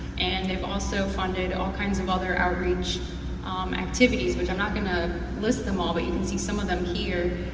and they've also funded all kinds of other outreach activities which i'm not gonna list them all, but you can see some of them here.